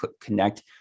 connect